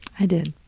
i did.